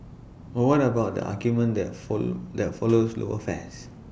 but one of own the argument that for that follows lower fares